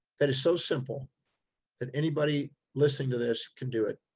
that is so simple that anybody listening to this can do it.